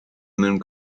mewn